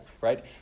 right